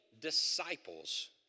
disciples